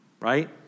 Right